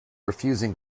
refusing